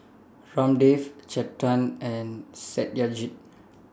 Ramdev Chetan and Satyajit